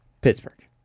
Pittsburgh